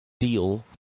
deal